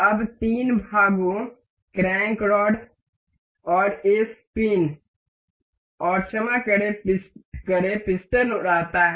अब तीन भागों क्रैंक रॉड और इस पिन और क्षमा करें पिस्टन रहता है